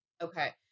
Okay